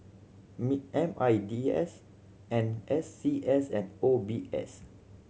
M I D S N S C S and O B S